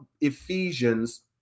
Ephesians